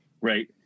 Right